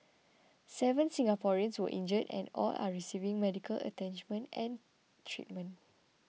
seven Singaporeans were injured and all are receiving medical and treatment